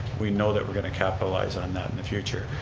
we know that we're going to capitalize on that in the future,